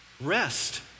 Rest